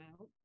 out